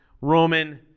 Roman